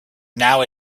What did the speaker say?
now